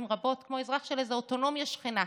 רבות כמו אזרח של איזה אוטונומיה שכנה.